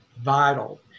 vital